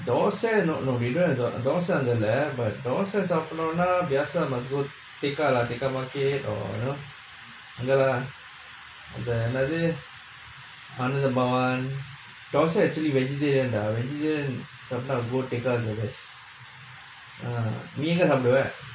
thosai no no they don't have thosai அங்க இல்ல:angga illa but thosai சாப்படுனா:saappadununaa biasa must go tekka lah tekka market or you know அங்க என்னது:angga ennathu anandha bhavan thosai actually vegetarian dah vegetarian சாப்டா:saapdaa go tekka the best ah நீ எங்க சாப்புடுவ:nee engga saapuduvae